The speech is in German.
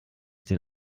den